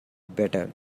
better